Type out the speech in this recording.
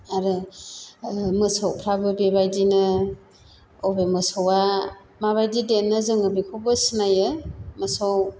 आरो मोसौफ्राबो बेबायदिनो बबे मोसौआ माबायदि देरनो जोङो बेखौबो सिनायो मोसौ